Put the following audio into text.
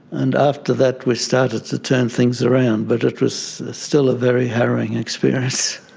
and after that we started to turn things around but it was still a very harrowing experience.